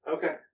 Okay